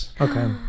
okay